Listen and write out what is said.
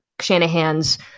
Shanahan's